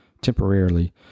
temporarily